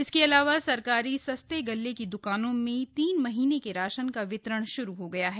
इसके अलावा सरकारी सस्ते गल्ले की द्कानों में तीन महीने के राशन का वितरण श्रू हो गया है